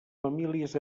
famílies